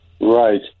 Right